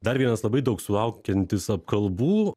dar vienas labai daug sulaukiantis apkalbų